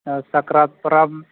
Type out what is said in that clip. ᱥᱟᱠᱨᱟᱛ ᱯᱚᱨᱚᱵᱽ